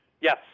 Yes